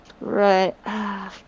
right